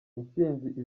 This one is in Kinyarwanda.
intsinzi